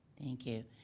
thank you.